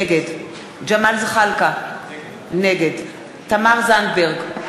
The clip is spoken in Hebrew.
נגד ג'מאל זחאלקה, נגד תמר זנדברג,